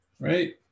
right